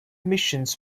missions